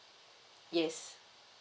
yes